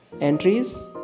entries